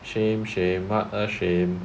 shame shame what a shame